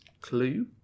clue